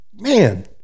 Man